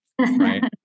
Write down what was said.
Right